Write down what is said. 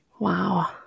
Wow